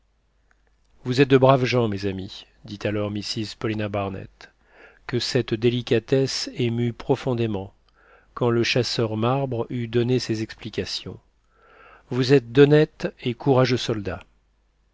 vous êtes de braves gens mes amis dit alors mrs paulina barnett que cette délicatesse émut profondément quand le chasseur marbre eut donné ses explications vous êtes d'honnêtes et courageux soldats